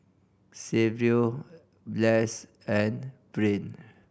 Saverio Blas and Brain